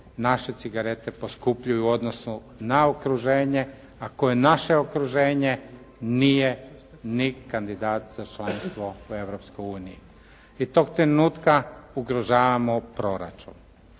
naše cigarete poskupljuju u odnosu na okruženje a koje naše okruženje nije ni kandidat za članstvo u Europskoj uniji. I tog trenutka ugrožavamo proračun.